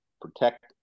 protect